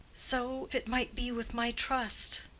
so it might be with my trust,